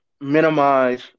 minimize